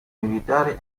militare